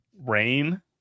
Rain